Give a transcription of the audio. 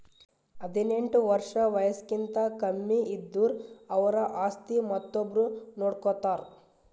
ಹದಿನೆಂಟ್ ವರ್ಷ್ ವಯಸ್ಸ್ಕಿಂತ ಕಮ್ಮಿ ಇದ್ದುರ್ ಅವ್ರ ಆಸ್ತಿ ಮತ್ತೊಬ್ರು ನೋಡ್ಕೋತಾರ್